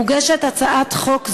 מוגשת הצעת חוק זו,